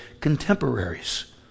contemporaries